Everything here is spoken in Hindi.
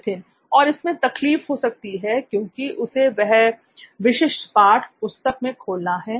नित्थिन और इसमें तकलीफ हो सकती है क्योंकि उसे वह विशिष्ट पाठ पुस्तक में खोलना है